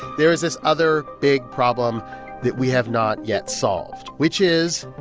there is this other big problem that we have not yet solved, which is,